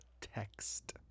text